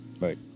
right